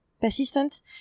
persistent